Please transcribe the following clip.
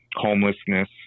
homelessness